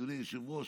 אדוני היושב-ראש,